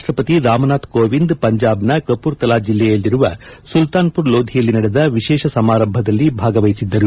ರಾಷ್ಟ್ರಪತಿ ರಾಮನಾಥ ಕೋವಿಂದ್ ಪಂಜಾಬ್ನ ಕಪೂರ್ತಲಾ ಜಿಲ್ಲೆಯಲ್ಲಿರುವ ಸುಲ್ತಾನ್ಪುರ್ ಲೋಧಿಯಲ್ಲಿ ನಡೆದ ವಿಶೇಷ ಸಮಾರಂಭದಲ್ಲಿ ಭಾಗವಹಿಸಿದರು